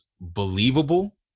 believable